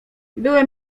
byłem